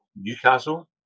Newcastle